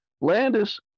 Landis